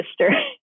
sister